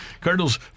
Cardinals